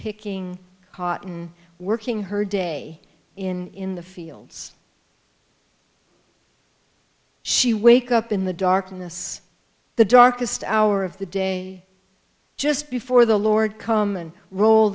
picking cotton working her day in the fields she wake up in the darkness the darkest hour of the day just before the lord come and roll